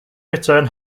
return